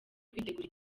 kwitegura